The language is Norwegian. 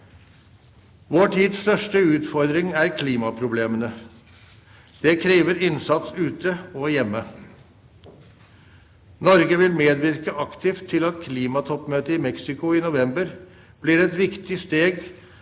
Vår tids største utfordring er klimaproblemene. Det krever innsats ute og hjemme. Norge vil medvirke aktivt til at klimatoppmøtet i Mexico i november blir et viktig steg